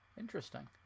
Interesting